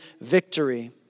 victory